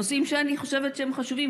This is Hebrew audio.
נושאים שאני חושבת שהם חשובים,